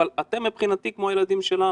אבל אתם מבחינתי כמו ילדים שלנו.